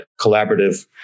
collaborative